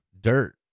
dirt